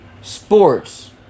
Sports